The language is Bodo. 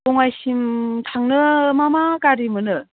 बङाइसिम थांनो मा मा गारि मोनो